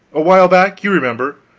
a while back, you remember.